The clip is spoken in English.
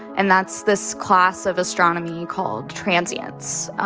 and that's this class of astronomy called transience,